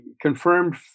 confirmed